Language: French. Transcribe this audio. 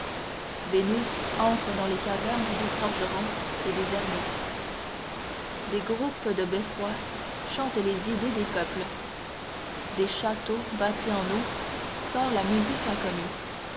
vénus entre dans les cavernes des forgerons et des ermites des groupes de beffrois chantent les idées des peuples des châteaux bâtis en os sort la musique inconnue